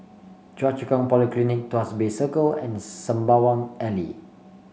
Choa Chu Kang Polyclinic Tuas Bay Circle and Sembawang Alley